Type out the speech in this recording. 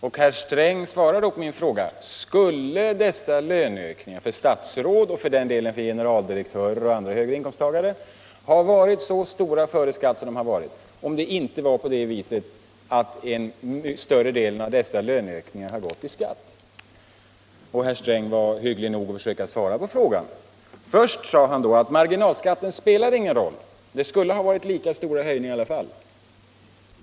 Jag frågade herr Sträng: Skulle dessa löneökningar för statsråden — och för den delen också för generaldirektörer och andra högre inkomsttagare — ha varit så stora före skatt som fallet är, om inte större delen av löneökningarna hade gått till skatt? Och finansministern var hygglig nog att svara på den frågan. Han sade då först att marginalskatten spelar ingen roll. Det skulle ha blivit lika stora höjningar i alla fall.